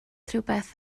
rhywbeth